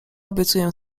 obiecuję